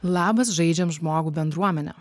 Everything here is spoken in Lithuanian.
labas žaidžiam žmogų bendruomene